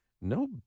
no